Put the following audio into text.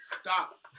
Stop